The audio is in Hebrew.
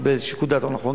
קיבל שיקול דעת לא נכון,